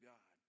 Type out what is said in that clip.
God